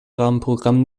rahmenprogramm